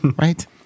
Right